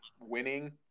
winning